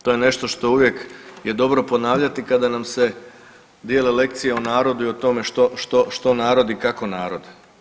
To je nešto što uvijek je dobro ponavljati kada nam se dijele lekcije o narodu i o tome što, što, što narod i kako narod.